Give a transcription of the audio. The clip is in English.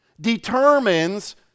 determines